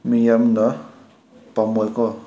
ꯃꯤ ꯌꯥꯝꯅ ꯄꯥꯝꯃꯣꯏꯀꯣ